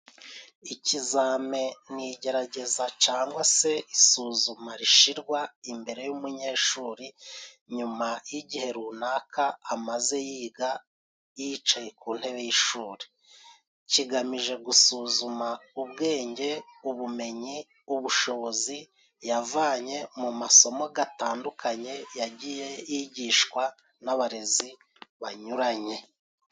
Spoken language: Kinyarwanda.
Ikizame ni igerageza cangwa se isuzuma rishyirwa imbere y'umunyeshuri nyuma y'igihe runaka amaze yiga, yicaye ku ntebe y'ishuri. Kigamije gusuzuma ubwenge, ubumenyi, ubushobozi yavanye mu masomo gatandukanye yagiye yigishwa n'abarezi banyuranye.